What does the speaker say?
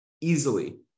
easily